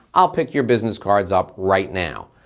i'll pick your business cards up right now.